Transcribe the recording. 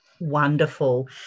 Wonderful